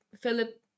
philip